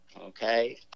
Okay